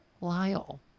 Lyle